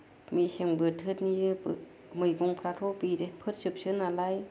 मेसें बोथोरनि मैगंफ्राथ' बेफोरजोबसो नालाय